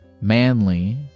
manly